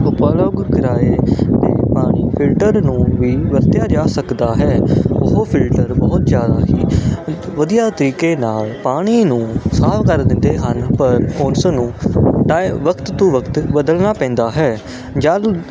ਉਪਲਬਧ ਕਰਵਾਏ ਗਏ ਪਾਣੀ ਫਿਲਟਰ ਨੂੰ ਵੀ ਵਰਤਿਆ ਜਾ ਸਕਦਾ ਹੈ ਉਹ ਫਿਲਟਰ ਬਹੁਤ ਜ਼ਿਆਦਾ ਹੀ ਇੱਕ ਵਧੀਆ ਤਰੀਕੇ ਨਾਲ ਪਾਣੀ ਨੂੰ ਸਾਫ ਕਰ ਦਿੰਦੇ ਹਨ ਪਰ ਉਸ ਨੂੰ ਟਾਇ ਵਕਤ ਤੋਂ ਵਕਤ ਬਦਲਣਾ ਪੈਂਦਾ ਹੈ ਜਲ